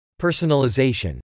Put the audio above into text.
Personalization